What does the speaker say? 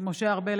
משה ארבל,